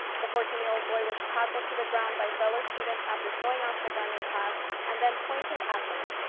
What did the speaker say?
the fourteen year old boy was tackled to the ground by fellow students after showing off the gun in class and then pointed at them,